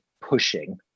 pushing